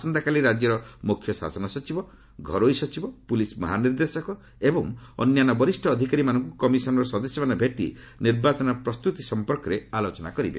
ଆସନ୍ତାକାଲି ରାଜ୍ୟର ମୁଖ୍ୟ ଶାସନ ସଚିବ ଘରୋଇ ସଚିବ ପୁଲିସ୍ ମହାନିର୍ଦ୍ଦେଶକ ଏବଂ ଅନ୍ୟାନ୍ୟ ବରିଷ୍ଣ ଅଧିକାରୀଙ୍କୁ କମିଶନର ସଦସ୍ୟମାନେ ଭେଟି ନିର୍ବାଚନ ପ୍ରସ୍ତୁତି ସଂପର୍କରେ ଆଲୋଚନା କରିବେ